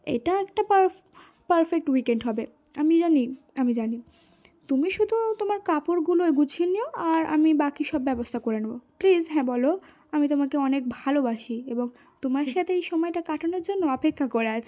এটা একটা পারফ পারফেক্ট উইকেন্ড হবে আমি জানি আমি জানি তুমি শুধু তোমার কাপড়গুলো গুছিয়ে নিও আর আমি বাকি সব ব্যবস্থা করে নেব প্লিজ হ্যাঁ বলো আমি তোমাকে অনেক ভালোবাসি এবং তোমার সাথে এই সময়টা কাটানোর জন্য অপেক্ষা করে আছি